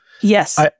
Yes